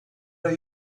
are